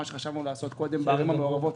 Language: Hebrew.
מה שחשבנו לעשות קודם בערים המעורבות.